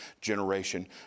generation